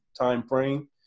timeframe